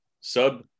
sub